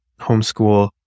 homeschool